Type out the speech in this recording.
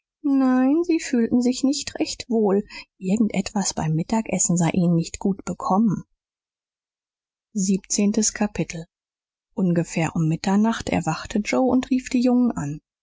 nein sie fühlten sich nicht recht wohl irgend etwas beim mittagessen sei ihnen nicht gut bekommen siebzehntes kapitel ungefähr um mitternacht erwachte joe und rief die jungen an